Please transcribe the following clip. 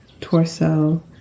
torso